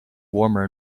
warmer